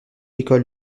école